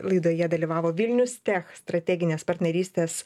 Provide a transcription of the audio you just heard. laidoje dalyvavo vilnius tech strateginės partnerystės